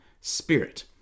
spirit